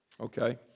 Okay